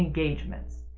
engagements.